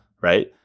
right